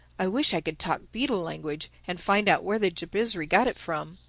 i wish i could talk beetle language, and find out where the jabizri got it from.